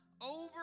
over